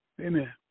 Amen